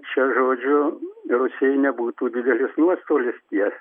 čia žodžiu rusijai nebūtų didelis nuostolis tie